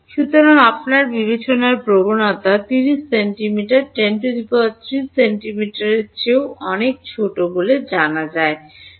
সুতরাং আপনার বিবেচনার প্রবণতা 30 সেন্টিমিটার 10 3 সেন্টিমিটার বা এর চেয়েও ছোট বলে এর থেকে একটি 1 সেন্টিমিটার বলি